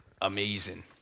amazing